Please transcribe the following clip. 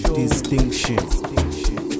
distinction